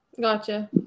Gotcha